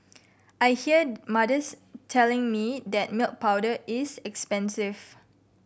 I hear mothers telling me that milk powder is expensive